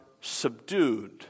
subdued